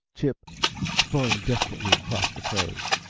chip spurring desperately across the prairie.